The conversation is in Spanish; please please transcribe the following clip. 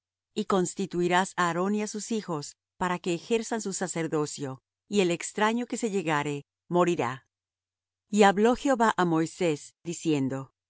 y constituirás á aarón y á sus hijos para que ejerzan su sacerdocio y el extraño que se llegare morirá y habló jehová á moisés diciendo